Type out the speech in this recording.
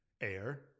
air